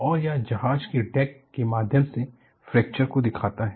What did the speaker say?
और यह जहाज के डेक के माध्यम से फ्रैक्चर को दिखाता है